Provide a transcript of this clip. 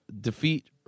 defeat